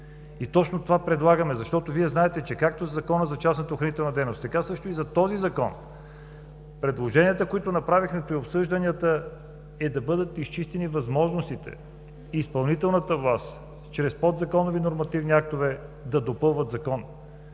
точно това предлагаме, защото Вие знаете, че както по Закона за частната охранителна дейност, така също и за този Закон, предложенията, които направихме при обсъжданията, е да бъдат изчистени възможностите изпълнителната власт чрез подзаконови нормативни актове да допълват закон.